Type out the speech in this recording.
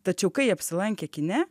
tačiau kai apsilankė kine